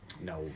No